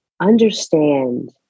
understand